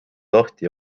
lahti